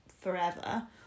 forever